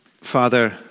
Father